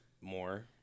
more